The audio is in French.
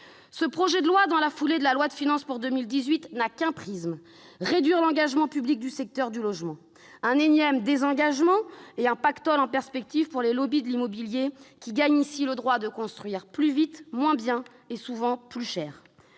Le projet de loi, dans la foulée de la loi de finances pour 2018, n'a qu'un prisme : réduire l'engagement public du secteur du logement. Avec ce énième désengagement, un pactole est en perspective pour les lobbies de l'immobilier, qui gagnent ici le droit de construire plus vite, moins bien et souvent plus cher